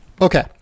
Okay